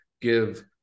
give